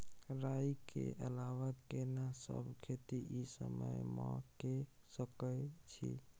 राई के अलावा केना सब खेती इ समय म के सकैछी?